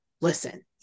listen